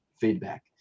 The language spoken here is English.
feedback